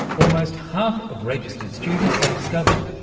almost half of registered students, they discovered,